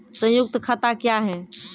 संयुक्त खाता क्या हैं?